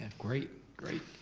and great, great,